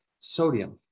sodium